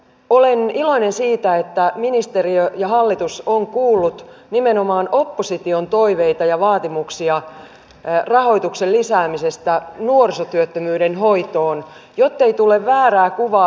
olen iloinen siitä että ministeriö ja hallitus on kuullut nimenomaan opposition toiveita ja vaatimuksia ja rahoituksen peräänkuulutan uusien toimintamallien etsimistä myös terveydenhuollon puolella